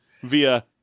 via